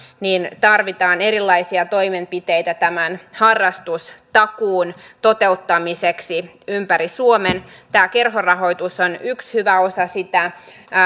niin tarvitaan erilaisia toimenpiteitä tämän harrastustakuun toteuttamiseksi ympäri suomen tämä kerhorahoitus on yksi hyvä osa sitä